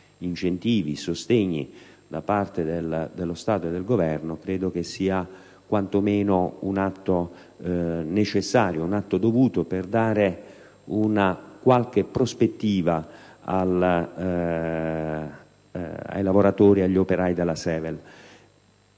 incentivi e sostegni da parte dello Stato e del Governo credo sia quanto meno un atto necessario e dovuto per dare una prospettiva ai lavoratori e agli operai della Sevel.